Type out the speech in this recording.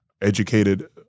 educated –